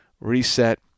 reset